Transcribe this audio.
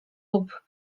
lub